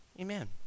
Amen